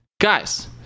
Guys